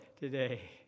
today